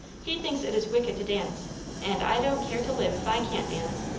he thinks it is wicked to dance and i don't care to live if i can't dance.